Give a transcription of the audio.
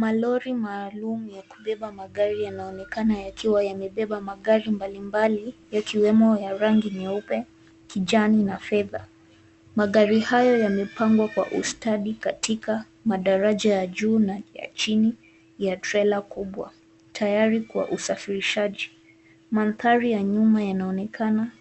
Malori maalum ya kubeba magari yanaonekana yakiwa yamebeba magari mbalimbali, yakiwemo ya rangi nyeupe, kijani na fedha. Magari hayo yamepangwa kwa ustadi katika madaraja ya juu na ya chini ya trela kubwa, tayari kwa usafirishaji. Mandhari ya nyuma yanaonekana